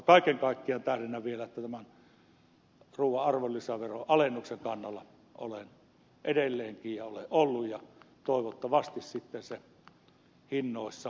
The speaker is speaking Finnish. kaiken kaikkiaan tähdennän vielä että tämän ruuan arvonlisäveron alennuksen kannalla olen edelleenkin ja olen ollut ja toivottavasti sitten se hinnoissa todella näkyy kunnolla